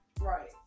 Right